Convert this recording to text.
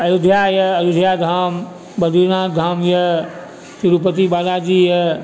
अयोध्या यऽ अयोध्याधाम बद्रीनाथधाम यऽ तिरुपति बालाजी यऽ